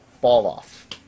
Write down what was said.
fall-off